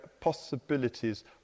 possibilities